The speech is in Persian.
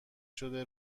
شده